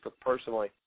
personally